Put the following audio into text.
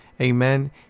Amen